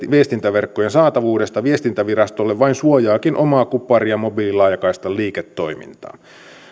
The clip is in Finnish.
viestintäverkkojen saatavuudesta viestintävirastolle vain suojaakin omaa kupari ja mobiililaajakaistan liiketoimintaa